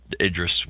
Idris